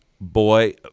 boy